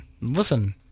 Listen